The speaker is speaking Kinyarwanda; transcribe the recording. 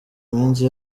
iminsi